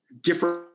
different